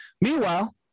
Meanwhile